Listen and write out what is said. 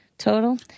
Total